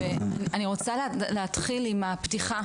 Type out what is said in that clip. אני רוצה להתחיל עם הפתיחה